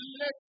let